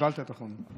קיבלת את החומר?